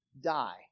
die